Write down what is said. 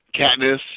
Katniss